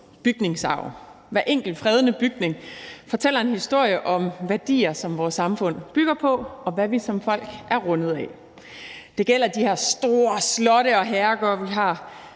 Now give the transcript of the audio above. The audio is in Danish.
hver enkelt fredede bygning fortæller en historie om værdier, som vores samfund bygger på, og hvad vi som folk er rundet af. Det gælder de her store slotte og herregårde, vi har,